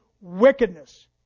wickedness